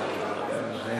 30 יום